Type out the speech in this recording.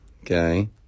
okay